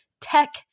Tech